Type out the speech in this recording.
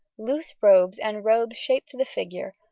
loose robes and robes shaped to the figure,